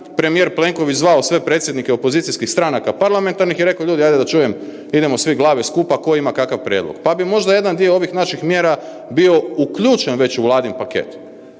premijer Plenković zvao sve predsjednike opozicijskih stranaka parlamentarnih i rekao, hajde ljudi da čujem, idemo svi glave skupa, tko ima kakav prijedlog. Pa bi možda jedan dio ovih naših mjera bio uključen već u Vladin paket